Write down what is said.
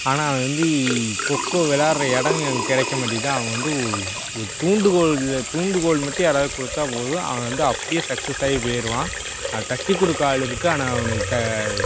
ஆனால் அவன் வந்து கொக்கோ விளாட்ற இடம் கிடைக்க மாட்டிக்கிது அவன் வந்து ஒரு ஒரு தூண்டுகோல் இல்லை தூண்டுகோல் மட்டும் யாராவது கொடுத்தா போதும் அவன் வந்து அப்படியே சக்சஸ் ஆயிபோயிடுவான் அதை தட்டிக்கொடுக்க ஆள் இருக்குது ஆனால் அவனுக்கு த